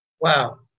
Wow